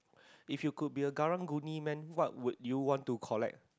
if you could be a Karang-Guni man what you want to collect